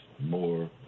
more